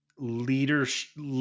leadership